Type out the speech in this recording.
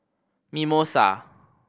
mimosa